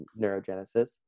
neurogenesis